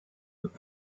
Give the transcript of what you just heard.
with